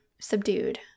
subdued